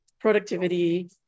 productivity